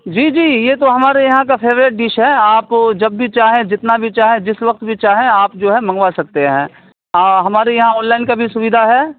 جی جی یہ تو ہمارے یہاں کا فیوریٹ ڈش ہے آپ جب بھی چاہیں جتنا بھی چاہیں جس وقت بھی چاہیں آپ جو ہے منگوا سکتے ہیں ہمارے یہاں آن لائن کا بھی سویدھا ہے